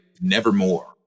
Nevermore